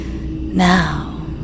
Now